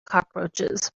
cockroaches